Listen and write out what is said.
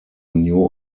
new